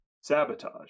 Sabotage